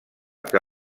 que